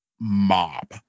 mob